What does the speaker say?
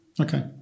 Okay